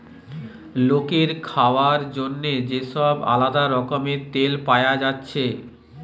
লোকের খাবার জন্যে যে সব আলদা রকমের তেল পায়া যাচ্ছে